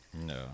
No